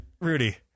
Rudy